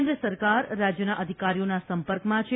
કેન્દ્ર સરકાર રાજયના અધિકારીઓના સંપર્કમાં છે